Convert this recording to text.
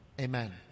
Amen